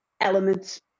elements